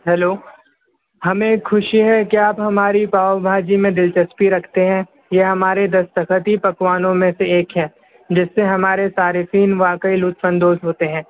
hello ہمیں خوشی ہے کہ ہماری پاؤ بھاجی میں دلچسپی رکھتے ہیں یہ ہمارے دستختی پکوانوں میں سے ایک ہے جس سے ہمارے صارفین واقعی لطف اندوز ہوتے ہیں